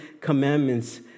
commandments